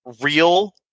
real